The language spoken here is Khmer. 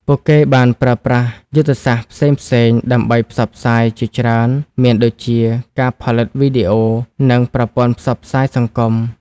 ពួកគេបានប្រើប្រាស់យុទ្ធសាស្ត្រផ្សេងៗដើម្បីផ្សព្វផ្សាយជាច្រើនមានដូចជាការផលិតវីដេអូ និងប្រព័ន្ធផ្សព្វផ្សាយសង្គម។